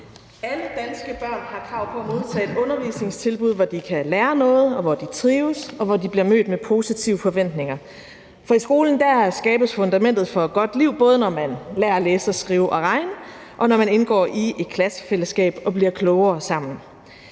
Alle danske børn har krav på at modtage et undervisningstilbud, hvor de kan lære noget, hvor de trives, og hvor de bliver mødt med positive forventninger, for i skolen skabes fundamentet for et godt liv, både når man lærer at læse, skrive og regne, og når man indgår i et klassefællesskab og bliver klogere sammen.